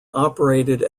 operated